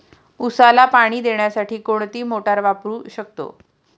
उसाला पाणी देण्यासाठी कोणती मोटार वापरू शकतो?